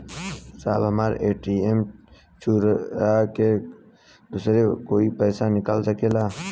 साहब हमार ए.टी.एम चूरा के दूसर कोई पैसा निकाल सकेला?